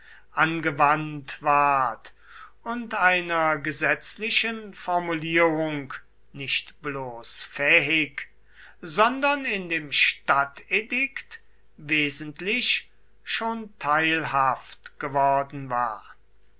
angewandt ward und einer gesetzlichen formulierung nicht bloß fähig sondern in dem stadtedikt wesentlich schon teilhaft geworden war